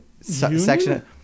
section